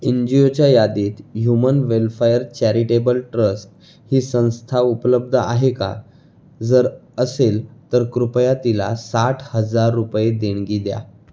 N जी ओच्या यादीत ह्युमन वेल्फेअर चॅरिटेबल ट्रस्ट ही संस्था उपलब्ध आहे का जर असेल तर कृपया तिला साठ हजार रुपये देणगी द्या